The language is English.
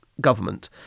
government